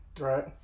Right